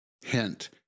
Hint